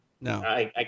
No